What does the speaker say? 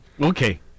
Okay